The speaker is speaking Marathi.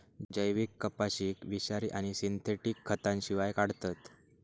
जैविक कपाशीक विषारी आणि सिंथेटिक खतांशिवाय काढतत